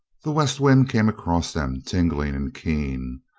the west wind came across them, tingling and keen.